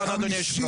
אדוני היושב ראש,